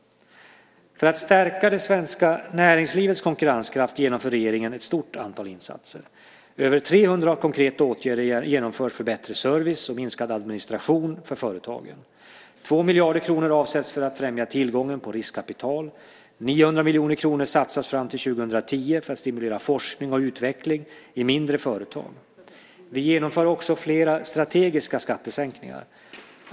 För att stärka det svenska näringslivets konkurrenskraft genomför regeringen ett stort antal insatser. Över 300 konkreta åtgärder genomförs för bättre service och minskad administration för företagen. Två miljarder kronor satsas för att främja tillgången på riskkapital. 900 miljoner kronor satsas fram till 2010 för att stimulera forskning och utveckling i mindre företag. Vi genomför också flera strategiska skattesänkningar.